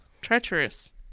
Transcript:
Treacherous